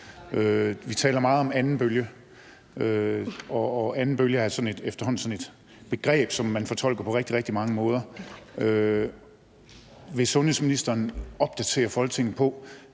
Vi taler meget om anden bølge, og anden bølge er efterhånden sådan et begreb, som man fortolker på rigtig, rigtig mange måder. Vil sundheds- og ældreministeren opdatere Folketinget,